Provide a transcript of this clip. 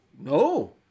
No